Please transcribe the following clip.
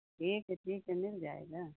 ठीक है ठीक है मिल जाएगा